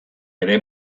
ere